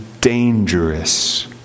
dangerous